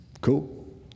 cool